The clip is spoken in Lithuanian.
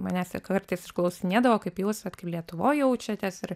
manęs jie kartais ir klausinėdavo kaip jūs vat kaip lietuvoj jaučiatės ir